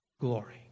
glory